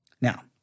Now